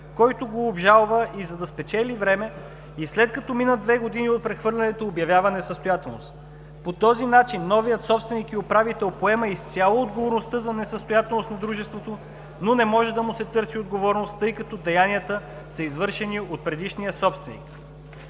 който го обжалва, и за да спечели време и след като минат две години от прехвърлянето, обявява несъстоятелност. По този начин новият собственик – управител, поема изцяло отговорността за несъстоятелност на дружеството, но не може да му се търси отговорност, тъй като деянията са извършени от предишния собственик.